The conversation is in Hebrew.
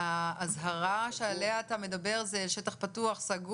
האזהרה שעליה אתה מדבר זה שטח פתוח או סגור?